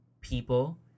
people